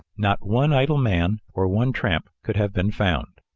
not one idle man or one tramp could have been found.